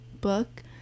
book